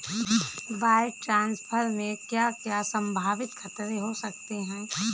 Wire transfer में क्या क्या संभावित खतरे हो सकते हैं?